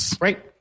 Right